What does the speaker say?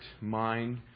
mind